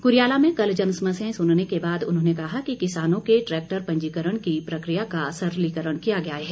कुरियाला में कल जनसमस्याएं सुनने के बाद उन्होंने कहा कि किसानों के ट्रैक्टर पंजीकरण की प्रकिया का सरलीकरण किया गया है